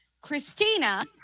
Christina